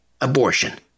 abortion